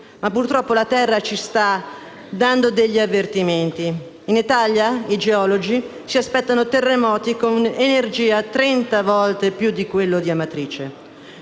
ma purtroppo la terra ci sta dando degli avvertimenti. In Italia i geologi si aspettano terremoti con energia trenta volte più forte di quella di Amatrice.